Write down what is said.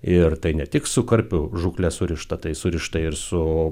ir tai ne tik su karpių žūkle surišta tai surišta ir su